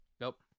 Nope